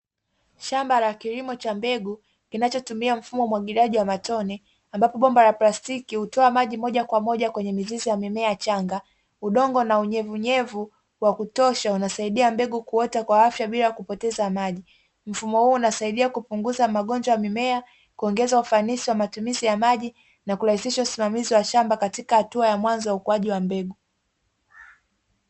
Shamba la kilimo cha mbegu kinachotumia mfumo mwagiliaji wa matone ambapo bomba la plastiki hutoa maji mojamoja kwenye mizizi ya mimea changa , udongo na unyevunyevu wa kutosha unasaidia mbegu kuota kwa afya bila kupoteza maji, mfumo huu unasaidia kupunguza magonjwa ya mimea, kuongeza ufanisi wa matumizi ya maji na kurahisisha usimamizi wa shamba katika hatua ya mwanzo ya ukuaji wa mbegu.